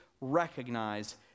recognize